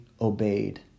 obeyed